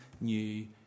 new